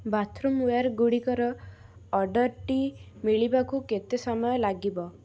bathroomware ଗୁଡ଼ିକର ଅର୍ଡ଼ର୍ଟି ମିଳିବାକୁ କେତେ ସମୟ ଲାଗିବ